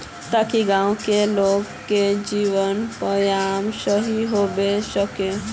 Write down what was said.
ताकि गाँव की लोग के जीवन यापन सही होबे सके?